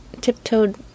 tiptoed